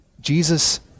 Jesus